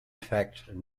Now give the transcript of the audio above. fact